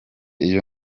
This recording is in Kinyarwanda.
iyo